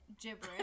gibberish